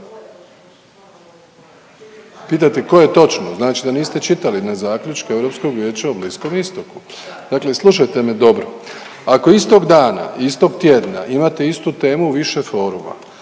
Pitate koje točno, znači da niste čitali one zaključke Europskog vijeća o Bliskom Istoku? Dakle slušajte me dobro, ako istog dana i istog tjedna imate istu temu u više foruma